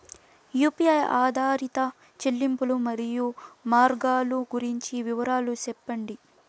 UPI ఆధారిత చెల్లింపులు, మరియు మార్గాలు గురించి వివరాలు సెప్పండి?